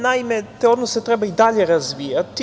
Naime, te odnose treba i dalje razvijati.